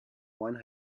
one